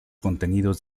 contenidos